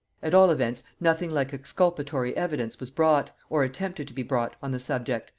at all events nothing like exculpatory evidence was brought, or attempted to be brought, on the subject,